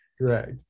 Correct